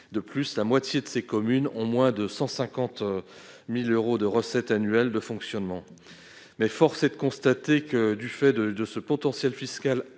De plus, la moitié de ces communes ont moins de 150 000 euros de recettes annuelles de fonctionnement. Mais force est de constater que, du fait de ce potentiel fiscal